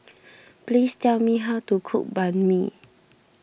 please tell me how to cook Banh Mi